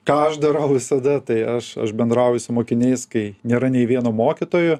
ką aš darau visada tai aš aš bendrauju su mokiniais kai nėra nei vieno mokytojo